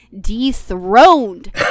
dethroned